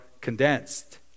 condensed